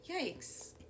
Yikes